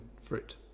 fruit